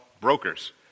Broker's